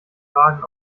wagen